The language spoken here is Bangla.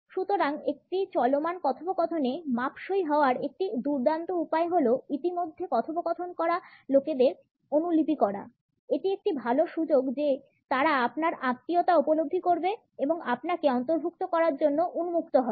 সুতরাং একটি চলমান কথোপকথনে মাপসই হওয়ার একটি দুর্দান্ত উপায় হল ইতিমধ্যে কথোপকথন করা লোকেদের অনুলিপি করা এটি একটি ভালো সুযোগ যে তারা আপনার আত্মীয়তা উপলব্ধি করবে এবং আপনাকে অন্তর্ভুক্ত করার জন্য উন্মুক্ত হবে